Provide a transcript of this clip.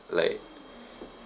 like